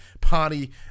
party